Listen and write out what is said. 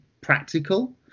practical